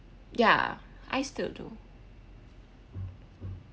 ya I still do